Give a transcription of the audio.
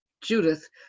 Judith